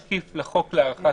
החוק.